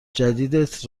جدیدت